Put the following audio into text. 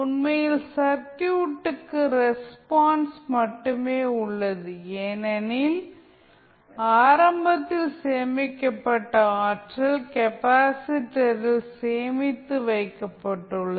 உண்மையில் சர்க்யூட்டுக்கு ரெஸ்பான்ஸ் மட்டுமே உள்ளது ஏனெனில் ஆரம்பத்தில் சேமிக்கப்பட்ட ஆற்றல் கெப்பாசிட்டரில் சேமித்து வைக்கப்பட்டுள்ளது